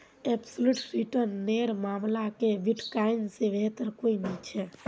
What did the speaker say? absolute return नेर मामला क बिटकॉइन से बेहतर कोई नी छे